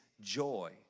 joy